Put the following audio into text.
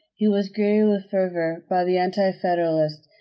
he was greeted with fervor by the anti-federalists.